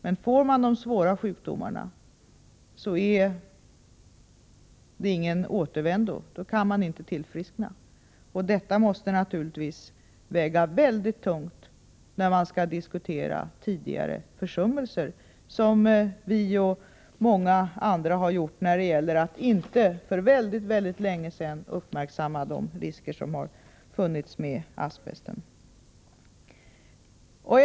Men får man de svårare sjukdomarna finns det ingen återvändo, och man kan aldrig tillfriskna. Detta måste naturligtvis väga mycket tungt när man diskuterar tidigare försummelser som vi och många andra gjort när vi inte för länge sedan uppmärksammat de risker som asbesten innebär.